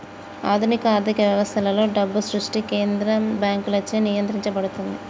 ఆధునిక ఆర్థిక వ్యవస్థలలో, డబ్బు సృష్టి కేంద్ర బ్యాంకులచే నియంత్రించబడుతుంది